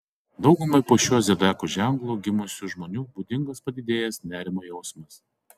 daugumai po šiuo zodiako ženklu gimusių žmonių būdingas padidėjęs nerimo jausmas